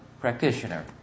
practitioner